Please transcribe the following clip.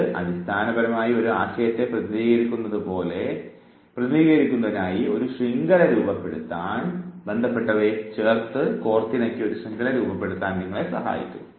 ഇത് അടിസ്ഥാനപരമായി ഒരു ആശയത്തെ പ്രതിനിധീകരിക്കുന്നതിന് ഒരു ശൃംഖല രൂപപ്പെടുത്താൻ നിങ്ങളെ സഹായിക്കുന്നു